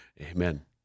Amen